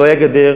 לא הייתה גדר,